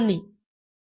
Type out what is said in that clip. നന്ദി